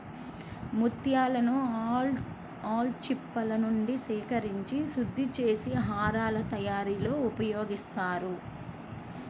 ముత్యాలను ఆల్చిప్పలనుంచి సేకరించి శుద్ధి చేసి హారాల తయారీలో ఉపయోగిస్తారు